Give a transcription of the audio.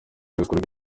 bikorwa